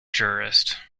jurist